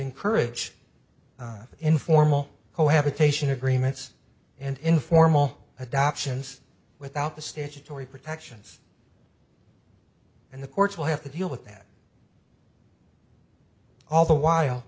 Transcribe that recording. encourage informal cohabitation agreements and informal adoptions without the statutory protections and the courts will have to deal with that all the while